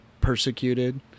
persecuted